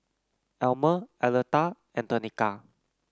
Almer Aletha and Tenika